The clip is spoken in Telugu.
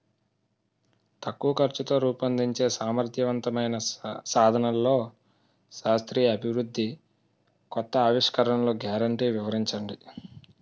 తక్కువ ఖర్చుతో రూపొందించే సమర్థవంతమైన సాధనాల్లో శాస్త్రీయ అభివృద్ధి కొత్త ఆవిష్కరణలు గ్యారంటీ వివరించండి?